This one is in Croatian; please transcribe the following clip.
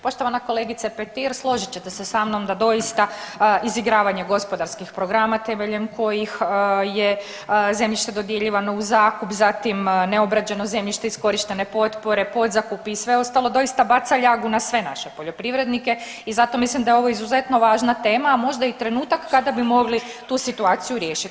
Poštovana kolegice Petir složit ćete se sa mnom da doista izigravanje gospodarskih programa temeljem kojih je zemljište dodjeljivano u zakup, zatim neobrađeno zemljište iskorištene potpore, podzakup i sve ostalo doista baca ljagu na sve naše poljoprivrednike i zato mislim da je ovo izuzetno važna tema, a možda i trenutak kada bi mogli tu situaciju riješiti.